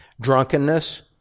drunkenness